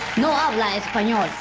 no ah habla espanol.